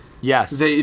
Yes